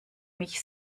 mich